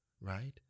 right